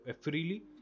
freely